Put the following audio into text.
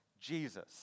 Jesus